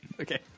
okay